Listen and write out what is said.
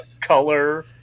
color